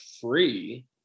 free